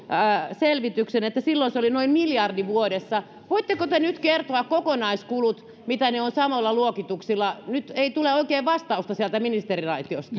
selvityksen että silloin se oli noin miljardi vuodessa voitteko te nyt kertoa kokonaiskulut mitä ne ovat samoilla luokituksilla nyt ei tule oikein vastausta sieltä ministeriaitiosta